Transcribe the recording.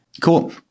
Cool